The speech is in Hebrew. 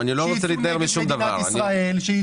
שיפעלו נגד מדינת ישראל.